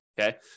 okay